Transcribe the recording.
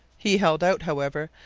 he held out, however,